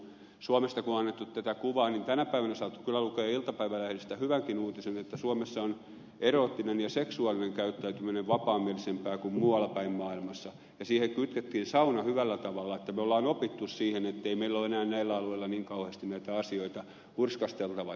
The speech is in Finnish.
suomesta kun on annettu tätä kuvaa niin tänä päivänä saattoi kyllä lukea iltapäivälehdistä hyvänkin uutisen että suomessa on eroottinen ja seksuaalinen käyttäytyminen vapaamielisempää kuin muualla päin maailmassa ja siihen kytkettiin sauna hyvällä tavalla että me olemme oppineet siihen ettei meillä ei ole enää näillä alueilla niin kauheasti näitä asioita hurskasteltavana